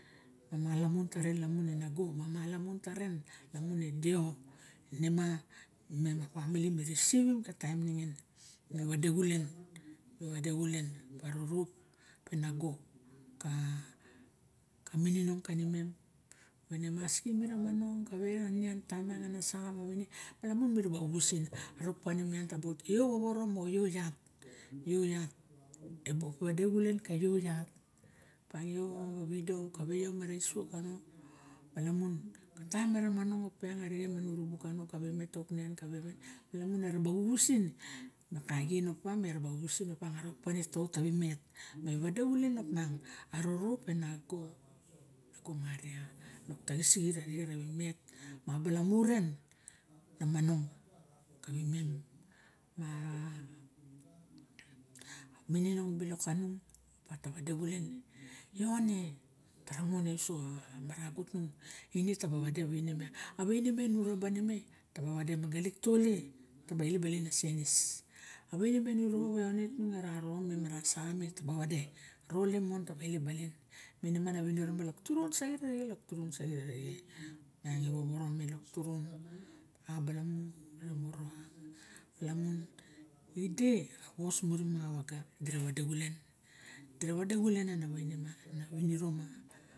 Malamun taren lamun a nago, malamun taren lamun e dio ine ma op ma femili ami risivim ka taim nixin. Me vade xulen, vade xulen, a rorop te nago ka mininong kanimem, maski mi momonong. Kave ra nian, ka taim mo xasaxa, lamun mi ra ba vuvusin arorop tani mem ta ba ot. Io vovoro moxo io iat, io iat. Ibu veve de xulen ka io iat. Kave io widow, kaveo mara isuok kano, malamun ka taim me buk monomong arixe me nurubuk kano, me ra ba vuvusin, ka axien op miang, mira ba vuvusin op miang arorop e nago maria. Lok taxis sigit arixen ra vimet, ma a balamu ren na monong ka vi mem. Minonong bilok kanung ta vade xulen ione tara ngo ne uso ga marago tung, ine taba vade a vaine miang, a vaine miang nu ra be ne me taba vade mianglik tole taba elep balin a senis. A vaine miang nu rop ione tung ara rom or ara sagam taba vade role mon taba elep balin. Ma ine miang, na vinoro miang lok turun saxit, lok turun saxit arixen. Miang e vovoro me lik turun a balamu re moroa lamun ide a vos muru ma avaga dira vade xulen, dira vade xulen na vaine ma na viniro ma.